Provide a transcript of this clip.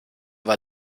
war